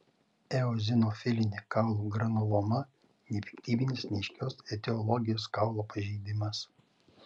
eozinofilinė kaulų granuloma nepiktybinis neaiškios etiologijos kaulo pažeidimas